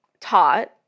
taught